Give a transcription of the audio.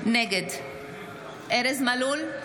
נגד ארז מלול,